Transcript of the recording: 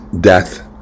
death